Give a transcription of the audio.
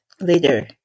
later